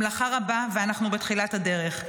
המלאכה רבה ואנחנו בתחילת הדרך.